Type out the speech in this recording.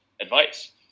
advice